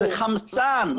זה חמצן לכל תושבי